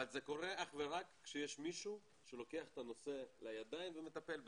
אבל זה קורה אך ורק כשיש מישהו שלוקח את הנושא לידיים ומטפל בזה.